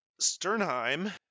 Sternheim